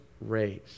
race